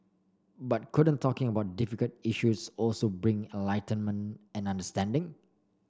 but couldn't talking about difficult issues also bring enlightenment and understanding